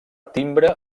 timbre